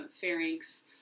pharynx